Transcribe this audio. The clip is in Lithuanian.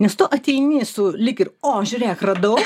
nes tu ateini su lyg ir o žiūrėk radau